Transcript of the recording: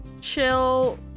chill